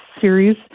series